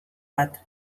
bat